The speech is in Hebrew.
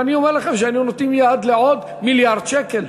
ואני אומר לכם שהיינו נותנים יד לעוד מיליארד שקל,